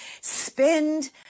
spend